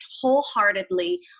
wholeheartedly